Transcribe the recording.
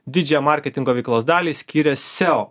didžią marketingo veiklos dalį skyrė seo